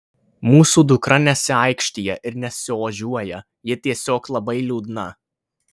mūsų dukra nesiaikštija ir nesiožiuoja ji tiesiog labai liūdna